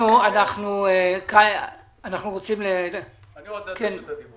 אני רוצה להבין את הפורמט של הדיווח.